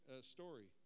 story